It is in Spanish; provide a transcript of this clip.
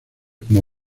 como